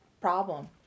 problem